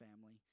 family